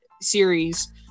series